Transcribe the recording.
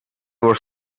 were